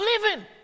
living